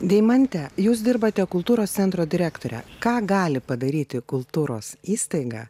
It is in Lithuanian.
deimante jūs dirbate kultūros centro direktore ką gali padaryti kultūros įstaiga